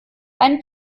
einen